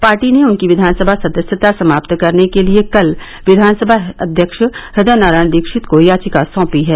party ने उनकी विधानसभा सदस्यता समाप्त करने के लिए कल विधानसभा अध्यक्ष हृदय नारायण दीक्षित को याचिका सौंपी है